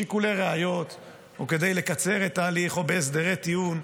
משיקולי ראיות או כדי לקצר את ההליך או בהסדרי טיעון,